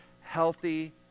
healthy